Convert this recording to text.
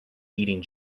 eating